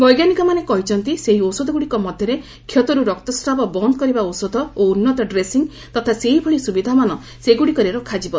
ବୈଜ୍ଞାନିକମାନେ କହିଛନ୍ତି ସେହି ଔଷଧଗୁଡ଼ିକ ମଧ୍ୟରେ କ୍ଷତରୁ ରକ୍ତସ୍ରାବ ବନ୍ଦ କରିବା ଔଷଧ ଓ ଉନ୍ନତ ଡ୍ରେସିଂ ତଥା ସେହିଭଳି ସୁବିଧାମାନ ସେଗୁଡ଼ିକରେ ରଖାଯିବ